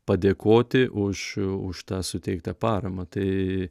padėkoti už už tą suteiktą paramą tai